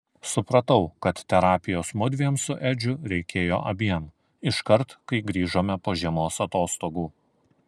supratau kad terapijos mudviem su edžiu reikėjo abiem iškart kai grįžome po žiemos atostogų